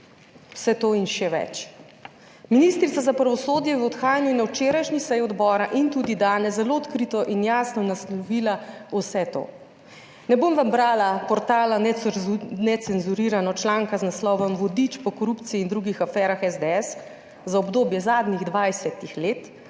vse to in še več. Ministrica za pravosodje v odhajanju je na včerajšnji seji odbora in tudi danes zelo odkrito in jasno naslovila vse to. Ne bom vam brala portala Necenzurirano, članka z naslovom Vodič po korupciji in drugih aferah SDS za obdobje zadnjih 20 let,